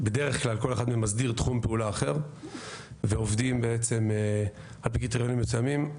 בדרך כלל מסדיר תחום פעולה אחר ועובד בעצם על פי קריטריונים מסוימים.